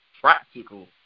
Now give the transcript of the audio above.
practical